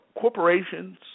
corporations